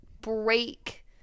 break